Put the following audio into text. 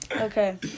Okay